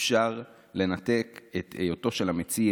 אי-אפשר לנתק את היותו של המציע